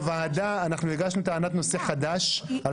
בוועדה אנחנו הגשנו טענת נושא חדש על